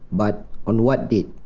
but on what date?